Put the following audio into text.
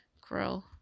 grow